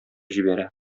җибәрә